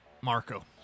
Marco